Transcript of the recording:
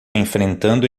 enfrentando